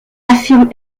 affirment